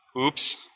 Oops